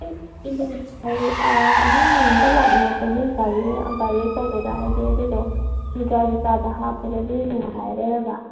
ꯍꯥꯏꯗꯤ ꯑꯉꯥꯡ ꯑꯃꯒ ꯂꯥꯛꯄꯤꯟꯅꯒꯅꯤ ꯒꯥꯔꯤ ꯑꯆꯧꯕꯗ ꯍꯥꯏꯗꯤ ꯑꯗꯨꯗꯣ ꯒꯥꯔꯤ ꯃꯆꯥꯗ ꯍꯥꯞꯄꯗꯗꯤ ꯅꯨꯡꯉꯥꯏꯔꯔꯣꯏꯕ